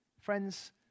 Friends